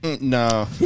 No